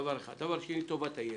ודבר שני בשביל טובת הילד.